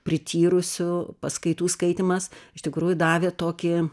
prityrusių paskaitų skaitymas iš tikrųjų davė tokį